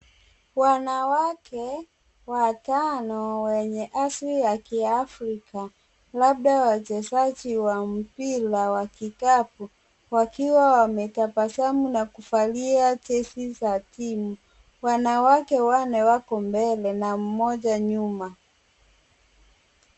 Wanawake watano wenye asili ya kiafrika, labda wachezaji wa mpira wa kikapu wakiwa wametabasamu na kuvalia jezi za timu. Wanawake wanne wako mbele na mmoja nyuma.